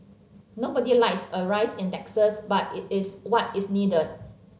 nobody likes a rise in taxes but it is what is needed